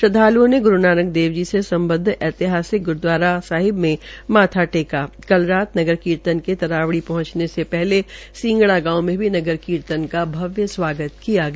श्रद्वालुओं ने गुरू नानक देव जी के सम्बद्व ऐतिहासिक गुरूद्वारा साहिब में माथा टेका कल रात नगर कीर्तन के तरावड़ी पहंचने से पहले सीगड़ा गांव भी नगर कीर्तन का भव्य स्वागत किया गया